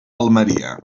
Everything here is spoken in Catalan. almeria